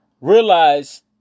Realize